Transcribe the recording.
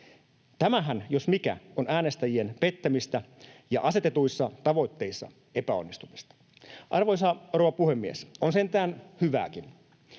Tämähän jos mikä on äänestäjien pettämistä ja asetetuissa tavoitteissa epäonnistumista. Arvoisa rouva puhemies! On sentään hyvääkin.